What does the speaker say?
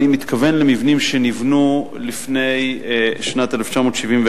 אני מתכוון למבנים שנבנו לפני שנת 1971,